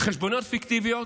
חשבוניות פיקטיביות